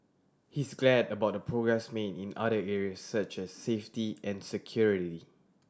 he is glad about the progress made in other area such as safety and security